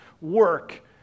work